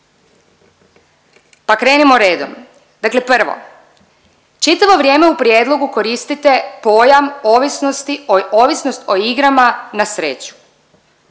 Pa krenimo redom. Dakle prvo. Čitavo vrijeme u prijedlogu koristite pojam ovisnost o igrama na sreću.